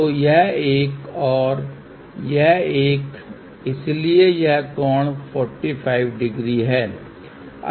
तो यह एक और यह एक इसलिए यह कोण 450 है